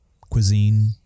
cuisine